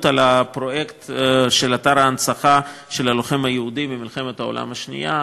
לפרויקט של אתר ההנצחה של הלוחם היהודי במלחמת העולם השנייה,